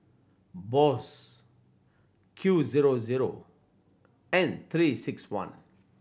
Bose Q zero zero and Three Six One